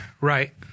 Right